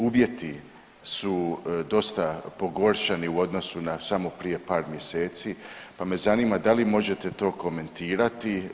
Uvjeti su dosta pogoršani u odnosu na samo prije par mjeseci, pa me zanima da li možete to komentirati.